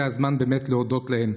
זה הזמן באמת להודות להם.